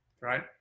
right